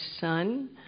son